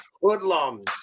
Hoodlums